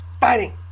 fighting